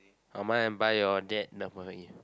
oh mine and buy your dad